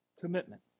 commitment